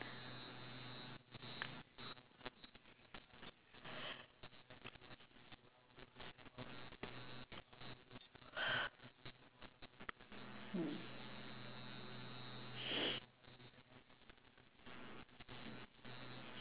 hmm